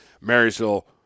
Marysville